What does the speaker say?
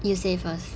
you say first